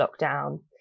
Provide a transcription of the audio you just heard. lockdown